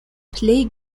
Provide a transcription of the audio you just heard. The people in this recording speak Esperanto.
plej